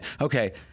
Okay